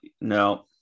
no